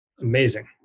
Amazing